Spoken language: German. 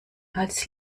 als